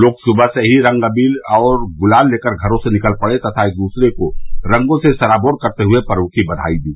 लोग सुबह से ही रंग अबीर और गुलाल लेकर घरो से निकल पड़े तथा एक दूसरे को रंगो से सराबोर करते हए पर्व की बधाई दी